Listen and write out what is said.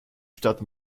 stadt